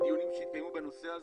בדיונים שהתקיימו בנושא הזה,